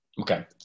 okay